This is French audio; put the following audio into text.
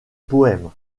poèmes